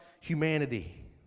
humanity